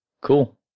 Cool